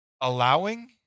Allowing